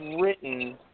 written